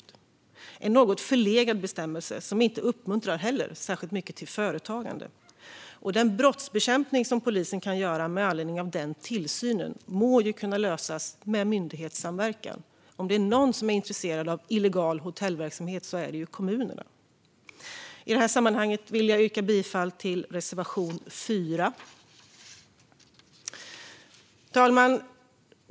Det är en något förlegad bestämmelse som inte heller uppmuntrar särskilt mycket till företagande. Den brottsbekämpning som polisen kan göra med anledning av den tillsynen må kunna lösas med myndighetssamverkan. Om det är någon som är intresserad av illegal hotellverksamhet är det ju kommunen. I detta sammanhang vill jag yrka bifall till reservation 4. Fru talman!